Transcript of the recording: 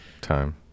time